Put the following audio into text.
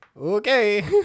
Okay